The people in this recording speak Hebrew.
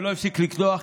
שלא הפסיק לקדוח,